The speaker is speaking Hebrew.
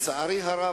לצערי הרב,